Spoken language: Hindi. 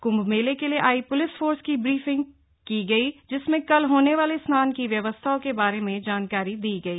कृंभ मेले के लिए आई पुलिस फोर्स की ब्रीफिंग की गई जिसमें कल होने वाले स्नान की व्यवस्थाओं के बारे में जानकारी दी गई